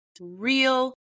real